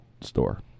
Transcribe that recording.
store